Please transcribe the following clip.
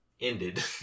Ended